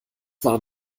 waren